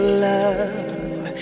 love